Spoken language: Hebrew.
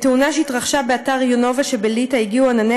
בתאונה שהתרחשה באתר 'יונובה' שבליטא הגיעו ענני